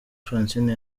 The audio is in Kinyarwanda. francine